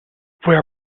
woher